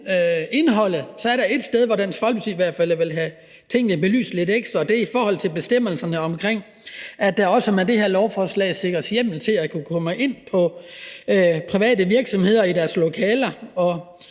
indholdet er der ét sted, hvor Dansk Folkeparti i hvert fald vil have tingene belyst lidt ekstra, og det er i forhold til bestemmelserne om, at der også med det her lovforslag sikres hjemmel til at kunne komme ind i private virksomheders lokaler og